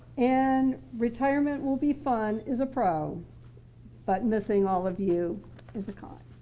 and retirement will be fun is a pro but missing all of you is a con.